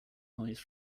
noise